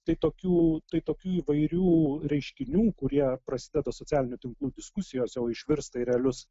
tai tokių tai tokių įvairių reiškinių kurie prasideda socialinių tinklų diskusijose o išvirsta į realius